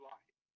Life